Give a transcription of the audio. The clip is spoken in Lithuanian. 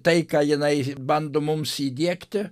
tai ką jinai bando mums įdiegti